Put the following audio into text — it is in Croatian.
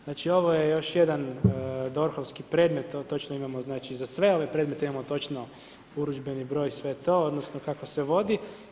Znači ovo je još jedan DORHovski predmet, točno imamo za sve ove predmete imamo točno urudžbeni broj, sve to, odnosno kako se vodi.